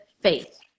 faith